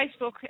Facebook